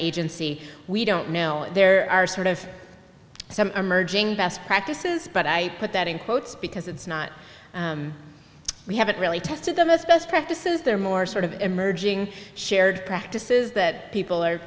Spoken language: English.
agency we don't know if there are sort of some emerging best practices but i put that in quotes because it's not we haven't really tested them as best practices there are more sort of emerging shared practices that people are